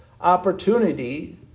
opportunity